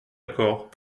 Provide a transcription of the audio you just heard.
accord